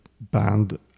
band